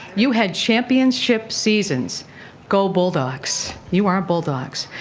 you had championship seasons go bulldogs! you are bulldogs.